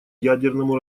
ядерному